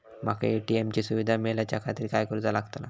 माका ए.टी.एम ची सुविधा मेलाच्याखातिर काय करूचा लागतला?